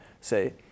say